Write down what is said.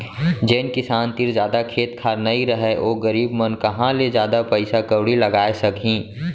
जेन किसान तीर जादा खेत खार नइ रहय ओ गरीब मन कहॉं ले जादा पइसा कउड़ी लगाय सकहीं